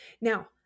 Now